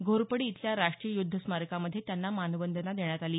घोरपडी इथल्या राष्ट्रीय युद्ध स्मारकामध्ये त्यांना मानवंदना देण्यात आली